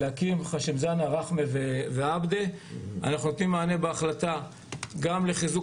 אנחנו נותנים מענה בהחלטה גם לחיזוק